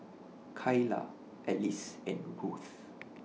Kylah Elyse and Ruth